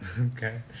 Okay